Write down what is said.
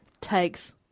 takes